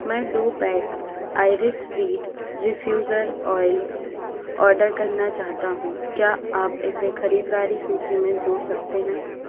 मैं दो pack iris reed refuser oil order करना चाहता हूँ क्या आप इसे खरीदारी सूची में जोड़ सकते हैं